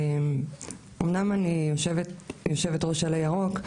אמנם אני יושבת-ראש עלה ירוק,